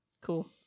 Cool